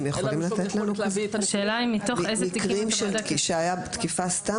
הם יכולים לתת לנו נתונים על מקרים שהייתה תקיפה סתם